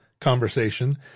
conversation –